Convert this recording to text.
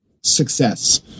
success